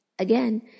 Again